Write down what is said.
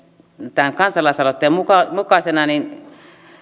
tämän kansalaisaloitteen mukaisena niin